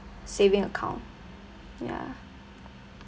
saving account ya